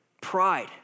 Pride